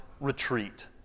retreat